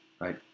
right